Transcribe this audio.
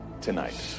tonight